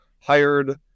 hired